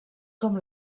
com